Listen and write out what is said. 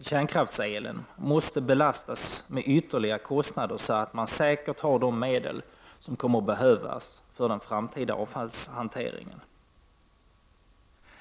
kärnkraftselen därför måste belastas med ytterligare kostnader så att man säkert har de medel som kommer att behövas för den framtida avfallshanteringen.